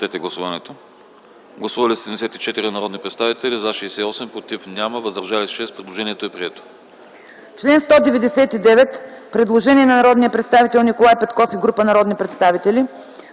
Гласували 74 народни представители: за 68, против няма, въздържали се 6. Предложението е прието.